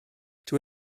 dyw